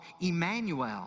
Emmanuel